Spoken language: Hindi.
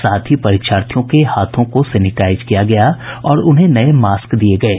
साथ ही परीक्षार्थियों के हाथों को सेनिटाईज किया गया और उन्हें नये मास्क दिये गये